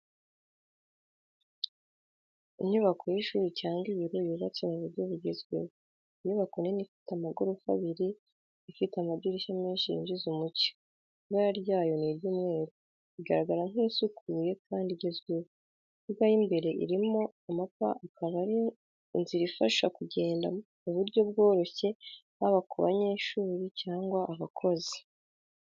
Inyubako y’ishuri cyangwa ibiro yubatse mu buryo bugezweho. Inyubako nini ifite amagorofa abiri ifite amadirishya menshi yinjiza umucyo. Ibara ryayo ni ry'umweru igaragara nk'isukuye kandi igezweho. mbuga y’imbere irimo amapa akaba ari inzira ifasha kugenda mu buryo bworoshye haba ku banyeshuri cyangwa abakozi.